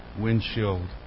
windshield